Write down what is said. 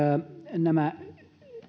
nämä